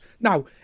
now